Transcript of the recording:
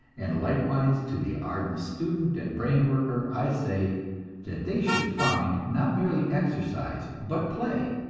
and likewise to the ardent student and brain-worker, i say that they should find, not merely exercise, but play.